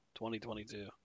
2022